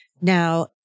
Now